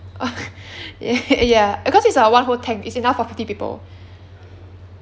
oh ya because it's a one whole tank it's enough for fifty people